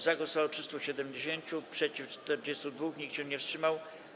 Za głosowało 370, przeciw - 42, nikt się nie wstrzymał.